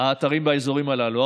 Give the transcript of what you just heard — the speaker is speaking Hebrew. האתרים הללו.